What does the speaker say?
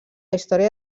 història